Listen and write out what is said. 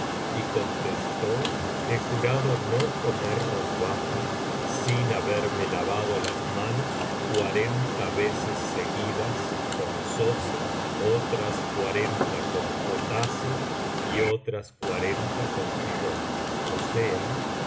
y contestó he jurado no comer rozbaja sin haberme lavado las manos cuarenta veces seguidas con sosa otras cuarenta con potasa y otras cuarenta con jabón ó sean